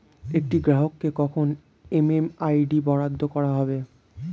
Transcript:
একটি গ্রাহককে কখন এম.এম.আই.ডি বরাদ্দ করা হবে?